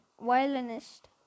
violinist